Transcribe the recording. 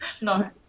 no